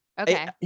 Okay